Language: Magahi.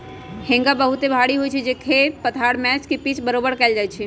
हेंगा बहुते भारी होइ छइ जे खेत पथार मैच के पिच बरोबर कएल जाइ छइ